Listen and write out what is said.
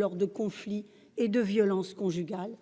lors des conflits ou en cas de violences conjugales.